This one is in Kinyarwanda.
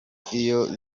iyo